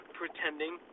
pretending